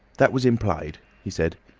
that was implied, he said.